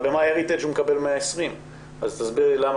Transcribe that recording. אבל ב-my heritage" הוא מקבל 120. תסביר לי למה